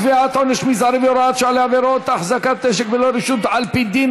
קביעת עונש מזערי והוראת שעה לעבירת החזקת נשק בלא רשות על פי דין),